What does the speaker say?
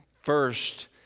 first